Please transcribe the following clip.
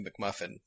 McMuffin